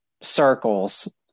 circles